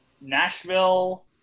Nashville